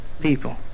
people